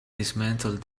dismantled